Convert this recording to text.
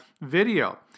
video